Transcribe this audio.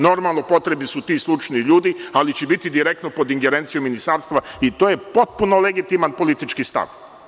Normalno, potrebni su ti stručni ljudi ali će biti direktno pod ingerencijom Ministarstva i to je potpuno legitiman politički stav.